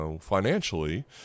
Financially